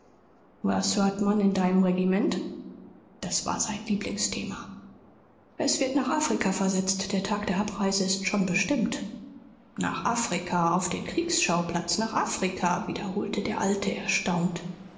was hört man in deinem regiment das war sein lieblingsthema es wird nach afrika versetzt der tag der abreise ist schon bestimmt nach afrika auf den kriegsschauplatz nach afrika wiederholte der alte erstaunt